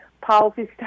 policy